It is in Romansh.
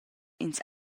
ins